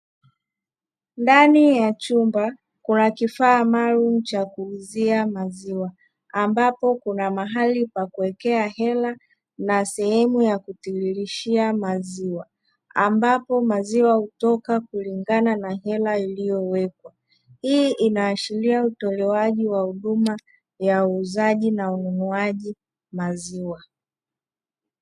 Ndani ya chumba kuna kifaa maalumu cha kuuzia maziwa, ambapo kuna mahali pa kuwekea hela na, sehemu ya kutiririshia maziwa. Ambapo maziwa hutoka kulingana na hela iliyowekwa. Hii inaashiria utolewaji wa huduma ya uuzaji na ununuaji maziwa.